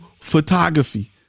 photography